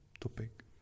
topic